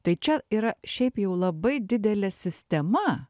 tai čia yra šiaip jau labai didelė sistema